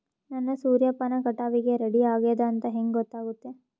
ನನ್ನ ಸೂರ್ಯಪಾನ ಕಟಾವಿಗೆ ರೆಡಿ ಆಗೇದ ಅಂತ ಹೆಂಗ ಗೊತ್ತಾಗುತ್ತೆ?